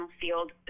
field